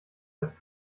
als